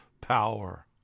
power